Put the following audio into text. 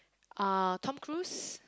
uh Tom-Cruise